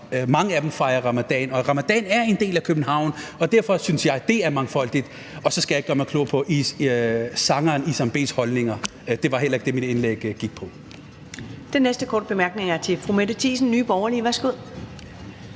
mange af dem fejrer ramadan. Ramadan er en del af København, og derfor synes jeg, det er udtryk for mangfoldighed. Og så skal jeg ikke gøre mig klog på sangeren Isam B's holdninger. Det var heller ikke det, mit indlæg gik på.